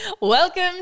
Welcome